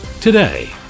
Today